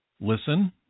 Listen